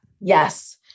Yes